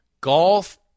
Golf